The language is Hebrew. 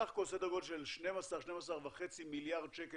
בסך הכול סדר גודל של 12-12.5 מיליארד שקל.